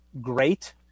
great